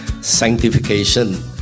sanctification